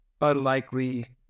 unlikely